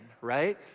right